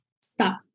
Stop